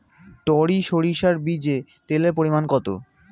টরি সরিষার বীজে তেলের পরিমাণ কত?